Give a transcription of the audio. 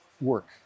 work